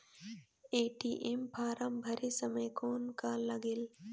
ATM form भरे समय कौन का लगेल?